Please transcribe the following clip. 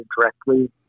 directly